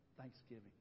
Thanksgiving